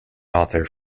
author